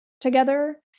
together